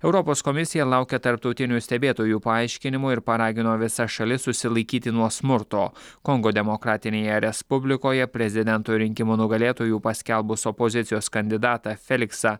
europos komisija laukia tarptautinių stebėtojų paaiškinimo ir paragino visas šalis susilaikyti nuo smurto kongo demokratinėje respublikoje prezidento rinkimų nugalėtoju paskelbus opozicijos kandidatą feliksą